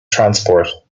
transport